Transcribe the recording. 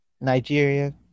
Nigeria